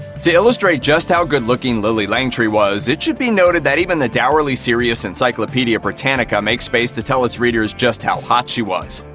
to illustrate just how good-looking lillie langtry was, it should be noted that even the dourly serious encyclopedia britannica makes space to tell its readers just how hot she was.